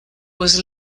was